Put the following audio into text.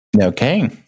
Okay